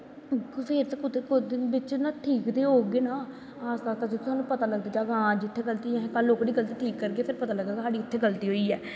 फिर कुदे बच्चे ठीक ते होग ना आस्ता आस्ता साह्नू पता लग्गी जाहग कुत्थें गल्ती अज्ज ओह्कड़ी गल्ती ठीक करगे ते फिर पता लगग कि उत्थें गल्ती होई ऐ